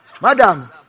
madam